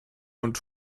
und